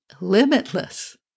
limitless